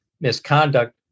misconduct